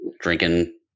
Drinking